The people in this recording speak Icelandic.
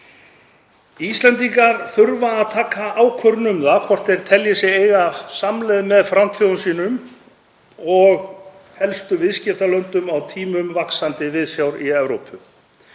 Íslendingar þurfa að taka ákvörðun um það hvort þeir telji sig eiga samleið með frændþjóðum sínum og helstu viðskiptalöndum á tímum vaxandi viðsjár í Evrópu.